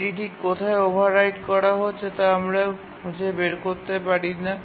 এটি ঠিক কোথায় ওভাররাইট করা হচ্ছে তা আমরা খুঁজে বের করতে পারি না